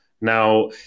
Now